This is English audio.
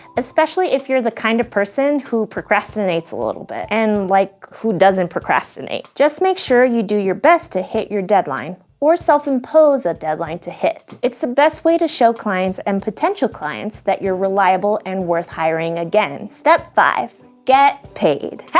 especially if you're the kind of person who procrastinates a little bit. and, like, who doesn't procrastinate? just make sure to do your best to hit your deadline or self-impose a deadline to hit. it's the best way to show clients and potential clients that you're reliable and worth hiring again. step five get paid.